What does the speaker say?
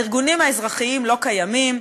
הארגונים האזרחיים לא קיימים.